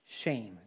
shame